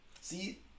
See